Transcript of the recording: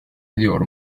ediyor